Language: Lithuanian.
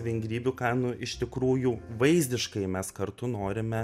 vingrybių ka nu iš tikrųjų vaizdiškai mes kartu norime